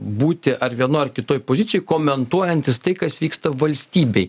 būti ar vienoj ar kitoj pozicijoj komentuojantis tai kas vyksta valstybėj